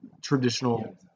traditional